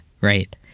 right